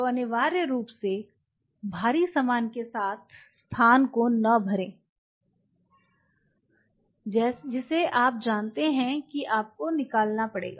तो अनावश्यक रूप से भारी सामान के साथ स्थान को न भरें जिसे आप जानते हैं कि आपको निकालना पड़ेगा